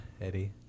Eddie